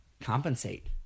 compensate